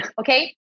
okay